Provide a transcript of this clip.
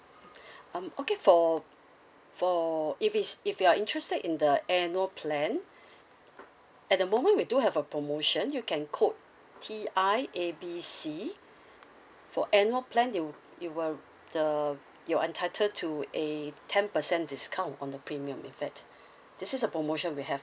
um okay for for if it's if you're interested in the annual plan at the moment we do have a promotion you can quote t i A B C for annual plan you you will the you're entitled to a ten percent discount on the premium with it this is a promotion we have